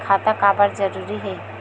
खाता काबर जरूरी हो थे?